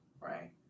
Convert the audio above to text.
right